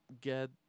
get